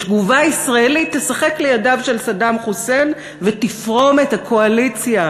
שתגובה ישראלית תשחק לידיו של סדאם חוסיין ותפרום את הקואליציה